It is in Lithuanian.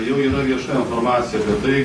jau yra vieša informaciją apie tai